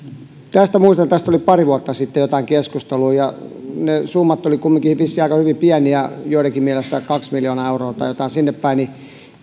muistan että tästä oli pari vuotta sitten jotain keskustelua ja ne summat olivat vissiin hyvin pieniä joidenkin mielestä kaksi miljoonaa euroa tai jotain sinnepäin